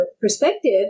perspective